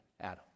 Adam